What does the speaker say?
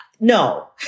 no